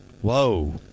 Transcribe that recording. Whoa